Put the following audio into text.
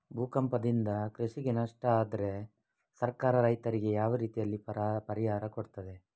ಭೂಕಂಪದಿಂದ ಕೃಷಿಗೆ ನಷ್ಟ ಆದ್ರೆ ಸರ್ಕಾರ ರೈತರಿಗೆ ಯಾವ ರೀತಿಯಲ್ಲಿ ಪರಿಹಾರ ಕೊಡ್ತದೆ?